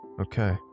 Okay